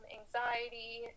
anxiety